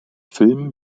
filmen